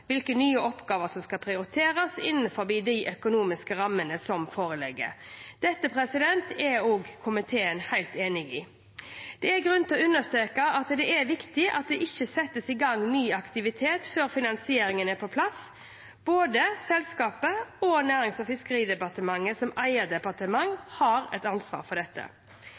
hvilke nye oppgaver som skal prioriteres innenfor de økonomiske rammene som foreligger. Dette er komiteen helt enig i. Det er grunn til å understreke at det er viktig at det ikke settes i gang ny aktivitet før finansieringen er på plass. Både selskapet og Nærings- og fiskeridepartementet som eierdepartement har et ansvar for dette.